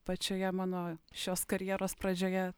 pačioje mano šios karjeros pradžioje